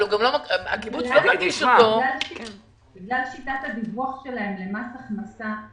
אבל הקיבוץ לא -- בגלל שיטת הדיווח שלהם למס הכנסה,